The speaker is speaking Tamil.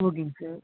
ஓகேங்க சார்